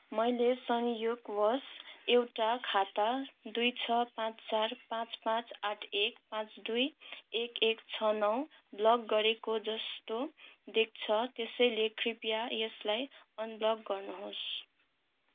मैले संयोगवश एउटा खाता दुई छ पाँच चार पाँच पाँच आठ एक पाँच दुई एक एक छ नौ ब्लक गरेको जस्तो देख्छ त्यसैले कृपया यसलाई अनब्लक गर्नुहोस्